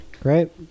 Great